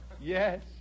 yes